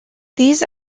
these